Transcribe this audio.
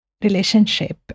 relationship